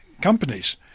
companies